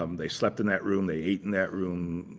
um they slept in that room. they ate in that room,